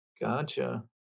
Gotcha